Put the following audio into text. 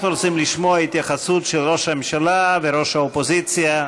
אנחנו רוצים לשמוע התייחסות של ראש הממשלה ואל ראש האופוזיציה.